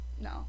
No